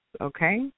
okay